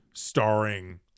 Starring